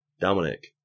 Dominic